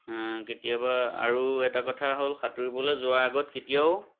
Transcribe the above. কেতিয়াবা আৰু এটা কথা হ'ল সাঁতুৰিবলৈ যোৱাৰ আগত কেতিয়াও